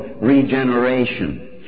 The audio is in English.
regeneration